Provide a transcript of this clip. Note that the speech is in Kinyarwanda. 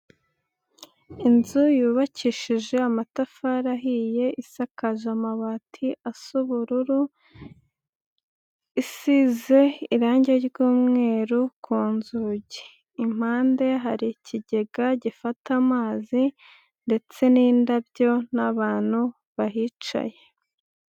Inzu yubakishije amatafari ahiye, isakaje amabati asa ubururu, isize irangi ry'umweru ku nzugi, impande hari ikigega gifata amazi ndetse n'indabyo n'abantu bahicaye.